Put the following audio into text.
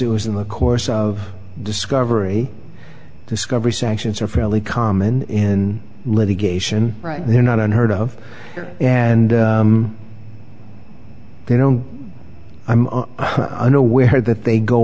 it was in the course of discovery discovery sanctions are fairly common in litigation right they're not unheard of and you know i'm unaware that they go